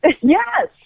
Yes